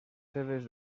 seves